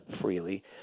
freely